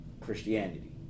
Christianity